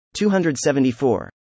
274